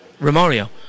Romario